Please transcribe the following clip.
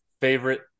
favorite